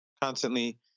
constantly